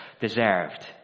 deserved